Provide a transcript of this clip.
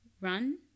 run